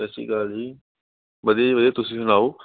ਸਤਿ ਸ਼੍ਰੀ ਅਕਾਲ ਜੀ ਵਧੀਆ ਜੀ ਵਧੀਆ ਤੁਸੀਂ ਸੁਣਾਓ